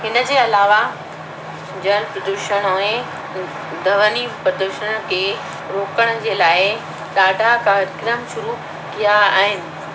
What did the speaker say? इन जे अलावा जल प्रदूषण ऐं ध्वनि प्रदूषण खे रोकण जे लाइ ॾाढा कार्यक्रम शुरू किया आहिनि